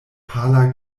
pala